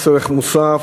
מס ערך מוסף,